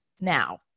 now